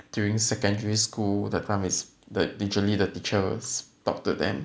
during secondary school that time is the literally the teachers talk to them